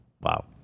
wow